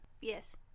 Yes